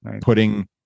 putting